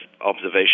observation